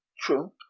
True